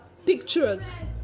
Pictures